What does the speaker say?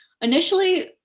Initially